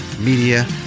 media